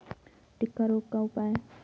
टिक्का रोग का उपाय?